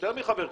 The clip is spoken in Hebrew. יותר מחבר כנסת.